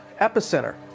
epicenter